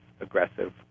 aggressive